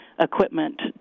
equipment